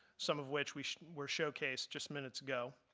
some of which we were showcased just minutes ago.